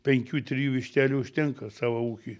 penkių trijų vištelių užtenka savo ūkiui